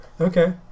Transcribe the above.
Okay